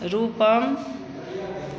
रूपम